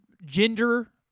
gender